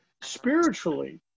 Spiritually